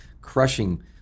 crushing